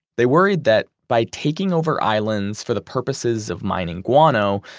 they worried that by taking over islands for the purposes of mining guano,